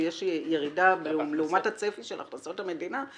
יש ירידה לעומת הצפי של הכנסות המדינה.